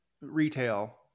retail